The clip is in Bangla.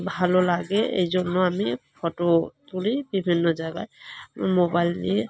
ভালো লাগে এই জন্য আমি ফটো তুলি বিভিন্ন জায়গায় আমার মোবাইল দিয়ে